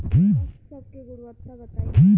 पशु सब के गुणवत्ता बताई?